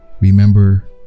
remember